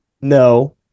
no